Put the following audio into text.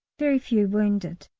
very few wounded.